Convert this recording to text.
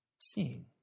seeing